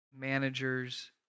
managers